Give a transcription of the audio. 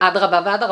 אדרבא ואדרבא,